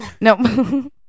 No